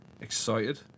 Excited